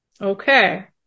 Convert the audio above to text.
Okay